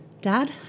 Dad